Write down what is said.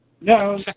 No